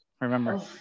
Remember